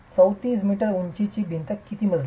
34m उंचीची भिंत किती मजली असेल